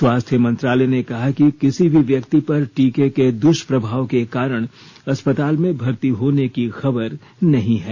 स्वास्थ्य मंत्रालय ने कहा कि किसी भी व्यक्ति पर टीके के द्वष्प्रभाव के कारण अस्पताल में भर्ती होने की खबर नहीं है